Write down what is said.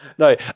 No